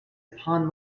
upon